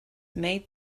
made